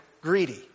greedy